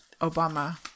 Obama